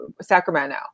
Sacramento